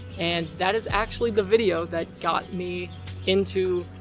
and that is actually the video that got me into,